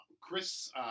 Chris